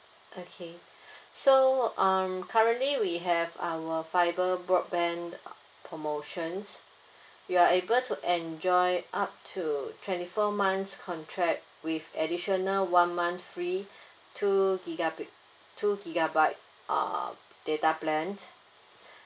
okay so um currently we have our fibre broadband uh promotions you are able to enjoy up to twenty four months contract with additional one month free two three gigabye two gigabytes uh data plans